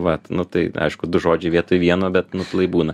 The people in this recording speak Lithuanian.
vat nu tai aišku du žodžiai vietoj vieno bet nu lai būna